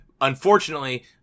Unfortunately